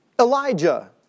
Elijah